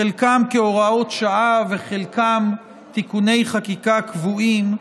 חלקם כהוראות שעה וחלקם תיקוני חקיקה קבועים,